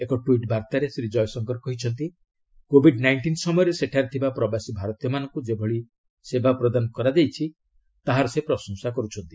ଏକ ଟ୍ୱିଟ୍ ବାର୍ତ୍ତାରେ ଶ୍ରୀ ଜୟଶଙ୍କର କହିଛନ୍ତି କୋବିଡ୍ ନାଇଷ୍ଟିନ୍ ସମୟରେ ସେଠାରେ ଥିବା ପ୍ରବାସୀ ଭାରତୀୟମାନଙ୍କୁ ଯେଭଳି ସେବା ପ୍ରଦାନ କରାଯାଇଛି ତାହାର ସେ ପ୍ରଶଂସା କର୍ତ୍ଥନ୍ତି